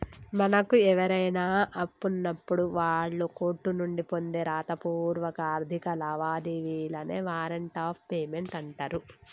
మనకు ఎవరైనా అప్పున్నప్పుడు వాళ్ళు కోర్టు నుండి పొందే రాతపూర్వక ఆర్థిక లావాదేవీలనే వారెంట్ ఆఫ్ పేమెంట్ అంటరు